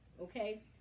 Okay